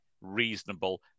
reasonable